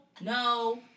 no